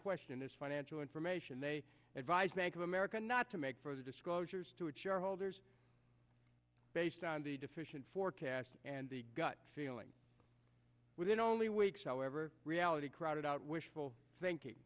question this financial information they advised bank of america not to make for the disclosures to assure holders based on the deficient forecast and the gut feeling within only weeks however reality crowded out wishful thinking